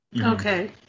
Okay